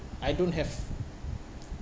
I don't have